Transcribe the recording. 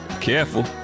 Careful